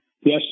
Yes